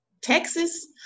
Texas